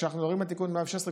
כשאנחנו מדברים על תיקון 116,